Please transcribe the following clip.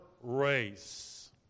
race